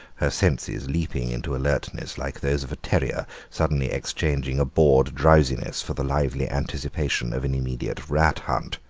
her senses leaping into alertness like those of a terrier suddenly exchanging a bored drowsiness for the lively anticipation of an immediate rat hunt.